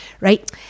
Right